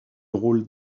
rôle